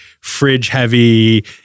fridge-heavy